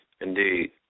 indeed